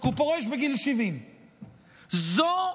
כי הוא פורש בגיל 70. זו